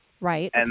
Right